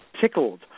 tickled